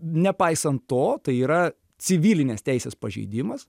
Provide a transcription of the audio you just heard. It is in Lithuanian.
nepaisant to tai yra civilinės teisės pažeidimas